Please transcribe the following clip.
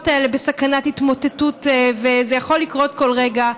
האלה בסכנת התמוטטות וזה יכול לקרות כל רגע.